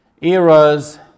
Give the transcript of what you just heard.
eras